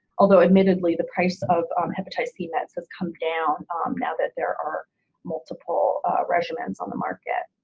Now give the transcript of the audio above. although admittedly the price of um hepatitis c meds has come down now that there are multiple regimens on the market.